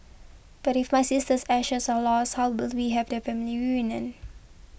but if my sister's ashes are lost how will we have a family reunion